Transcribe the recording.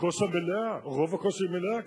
הכוס המלאה, רוב הכוס היא מלאה.